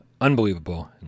unbelievable